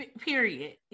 period